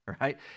right